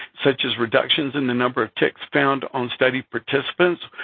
such as reductions in the number of ticks found on study participants,